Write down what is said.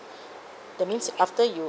that means after you